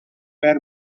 were